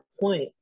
point